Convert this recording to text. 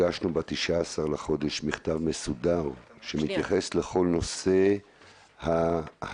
אנחנו הגשנו ב-19 לחודש מכתב מסודר שמתייחס לכל נושא הגידור,